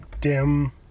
dim